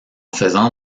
faisant